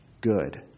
good